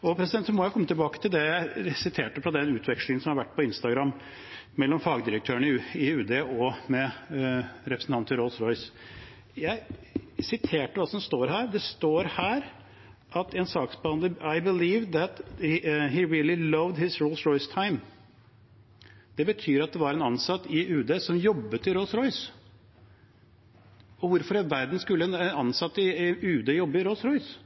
må komme tilbake til det jeg siterte fra den utvekslingen som har vært på Instagram mellom fagdirektørene i UD og representanter for Rolls-Royce. Jeg siterte hva som står her: «I belive that» – en saksbehandler – «really loved his Rolls-Royce-time.» Det betyr at en ansatt i UD jobbet i Rolls-Royce. Hvorfor i all verden skulle en ansatt i UD jobbe i Rolls-Royce?